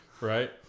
right